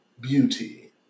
beauty